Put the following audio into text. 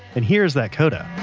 and here's that coda